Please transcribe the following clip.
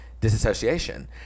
disassociation